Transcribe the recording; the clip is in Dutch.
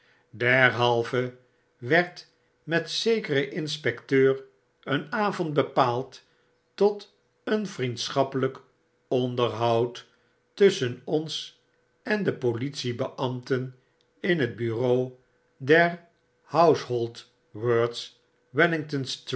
derhalve werd met zekeren inspecteur een avond bepaald tot een vriendschappelyk onderhoud tusschen ons en de politiebeambten in het bureau der household words